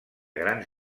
grans